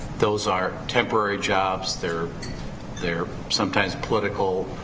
those are temporary jobs, they're they're sometimes political.